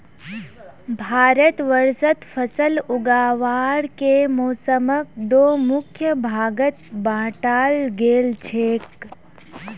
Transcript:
भारतवर्षत फसल उगावार के मौसमक दो मुख्य भागत बांटाल गेल छेक